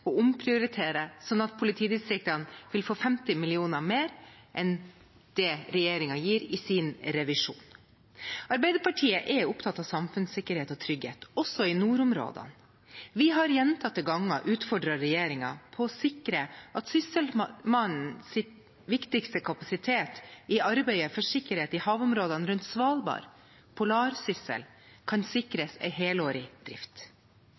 å omprioritere, slik at politidistriktene vil få 50 mill. kr mer enn det regjeringen gir i sin revisjon. Arbeiderpartiet er opptatt av samfunnssikkerhet og trygghet, også i nordområdene. Vi har gjentatte ganger utfordret regjeringen på at Sysselmannens viktigste kapasitet i arbeidet for sikkerhet i havområdene rundt Svalbard, MS «Polarsyssel», sikres helårlig drift.